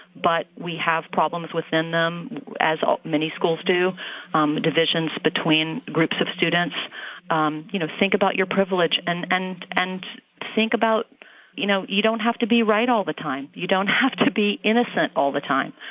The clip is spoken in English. but we have problems within them, as many schools do um divisions between groups of students um you know, think about your privilege and and and think about you know, you don't have to be right all the time. you don't have to be innocent all the time.